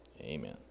Amen